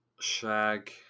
Shag